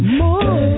more